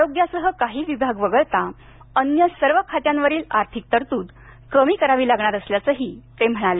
आरोग्यासह काही विभाग वगळता अन्य सर्व खात्यावरील आर्थिक तरतूद कमी करावी लागणार असल्याचंही ते म्हणाले